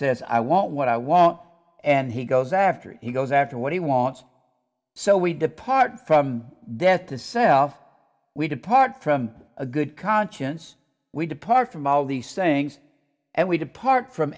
says i won't what i want and he goes after he goes after what he wants so we depart from that the self we depart from a good conscience we depart from all these things and we depart from